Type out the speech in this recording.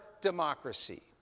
democracy